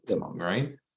right